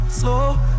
slow